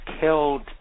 killed